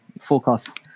forecasts